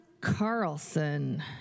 Carlson